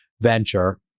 venture